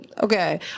okay